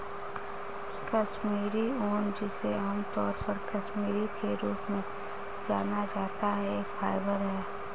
कश्मीरी ऊन, जिसे आमतौर पर कश्मीरी के रूप में जाना जाता है, एक फाइबर है